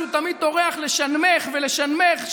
שהוא תמיד טורח לשנמך ולשנמך,